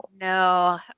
No